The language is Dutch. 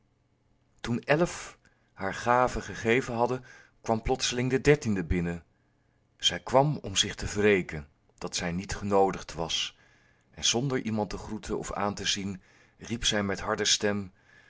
haar gave gegeven hadden kwam plotseling de dertiende binnen zij kwam om zich te wreken dat zij niet genoodigd was en zonder iemand te groeten of aan te zien riep zij met harde stem